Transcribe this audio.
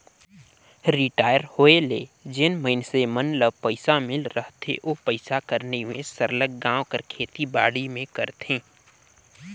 retire होए ले जेन मइनसे मन ल पइसा मिल रहथे ओ पइसा कर निवेस सरलग गाँव कर खेती बाड़ी में करथे